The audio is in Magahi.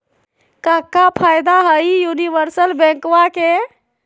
क्का फायदा हई यूनिवर्सल बैंकवा के?